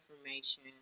information